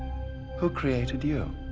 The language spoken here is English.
who created you?